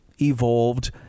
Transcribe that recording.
evolved